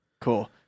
Cool